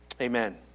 Amen